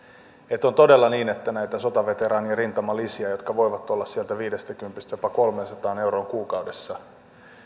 että on todella niin että näitä sotaveteraanien rintamalisiä jotka voivat olla sieltä viidestäkymmenestä jopa kolmeensataan euroon kuukaudessa